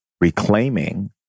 reclaiming